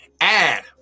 add